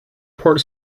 port